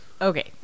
okay